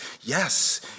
Yes